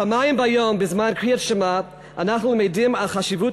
פעמיים ביום בזמן קריאת שמע אנחנו למדים על חשיבות